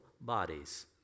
bodies